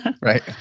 Right